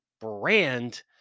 brand